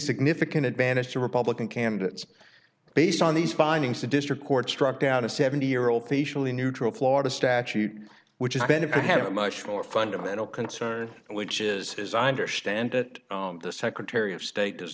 significant advantage to republican candidates based on these findings the district court struck down a seventy year old neutral florida statute which is benefiting had a much more fundamental concern which is as i understand it the secretary of state does